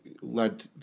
led